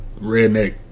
redneck